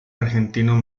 argentino